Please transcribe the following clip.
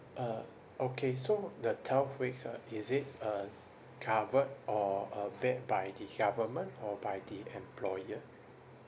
uh okay so the twelve weeks uh is it uh s~ covered or uh paid by the government or by the employer